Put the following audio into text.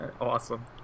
Awesome